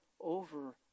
over